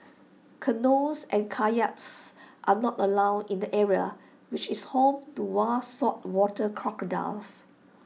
canoes and kayaks are not allowed in the area which is home to wild saltwater crocodiles